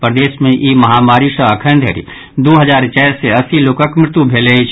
प्रदेश मे ई महामारी सँ अखन धरि द् हजार चारि सय अस्सी लोकक मृत्यु भेल अछि